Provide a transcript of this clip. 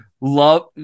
love